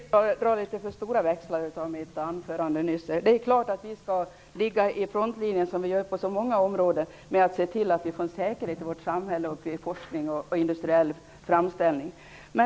Herr talman! Jag tror att Lennart Daléus drar litet för stora växlar på mitt anförande. Det är klart att vi skall ligga i frontlinjen, som vi gör på så många områden, i arbetet med att se till att vi får säkerhet i vårt samhälle i fråga om forskning och industriell framställning.